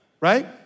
right